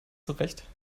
zurecht